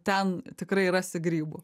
ten tikrai rasi grybų